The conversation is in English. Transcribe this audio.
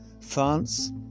France